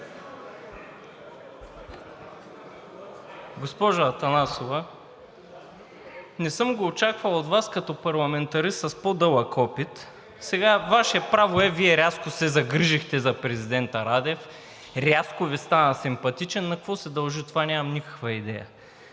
Госпожо Атанасова, не съм го очаквал от Вас като парламентарист с по-дълъг опит. Сега, Ваше право е, Вие рязко се загрижихте за президента Радев, рязко Ви стана симпатичен, на какво се дължи това, нямам никаква идея.